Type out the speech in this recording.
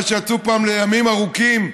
מה שיצאו פעם לימים ארוכים,